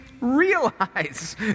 realize